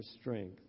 strength